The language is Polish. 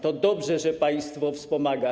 To dobrze, że państwo wspomaga.